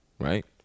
right